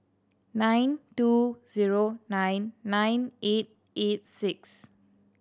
nine two zero nine nine eight eight six